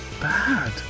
bad